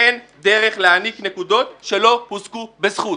אין דרך להעניק נקודות שלא הושגו בזכות.